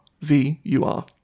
V-U-R